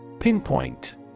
Pinpoint